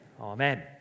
Amen